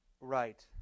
Right